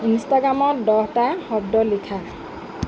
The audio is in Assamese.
ইনষ্টাগ্রামত দহটা শব্দ লিখা